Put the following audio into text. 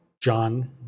John